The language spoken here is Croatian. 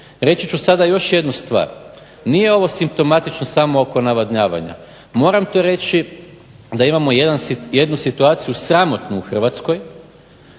Reći ću sada još jednu stvar. Nije ovo simptomatično samo oko navodnjavanja. Moram to reći da imamo jednu situaciju sramotnu u Hrvatskoj